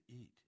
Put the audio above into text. eat